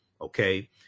Okay